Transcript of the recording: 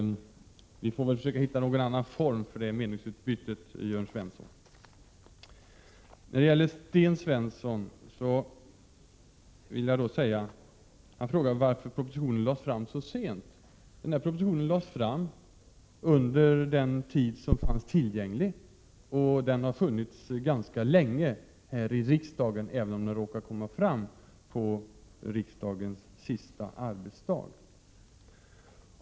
Vi får försöka hitta en annan form för sådant meningsutbyte, Jörn Svensson. Sten Svensson frågade varför propositionen lades fram så sent. Propositionen lades fram inom den tid som var tillgänglig, och den har funnits ganska länge i riksdagen. Det råkade bli så att den tas upp till behandling på effektivitet 1 näringslivet. Tvärtom finns mycket tydliga bevis på att en anledning till att produktivitetsökningen i svensk ekonomi är avsevärt lägre -” rak aa 2 AVR Ane riksdagens sista arbetsdag.